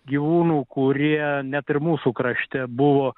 gyvūnų kurie net ir mūsų krašte buvo